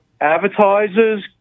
Advertisers